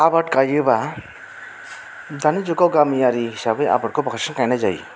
आबाद गायोबा दानि जुगाव गामियारि हिसाबै आबादखौ बांसिन गायनाय जायो